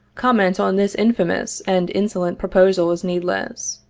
comment on this infamous and insolent proposal is needless.